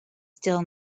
still